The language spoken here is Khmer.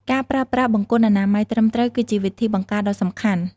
ការប្រើប្រាស់បង្គន់អនាម័យត្រឹមត្រូវ គឺជាវិធីបង្ការដ៏សំខាន់។